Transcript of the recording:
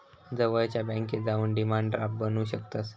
जवळच्या बॅन्केत जाऊन डिमांड ड्राफ्ट बनवू शकतंस